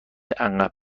عقب